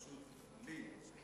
בראשות לין.